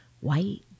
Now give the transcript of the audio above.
white